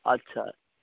अच्छा